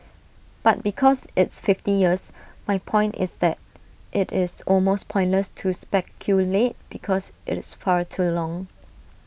but because it's fifty years my point is that IT is almost pointless to speculate because it's far too long